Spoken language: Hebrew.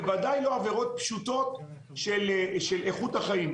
בוודאי לא עבירות פשוטות של איכות החיים.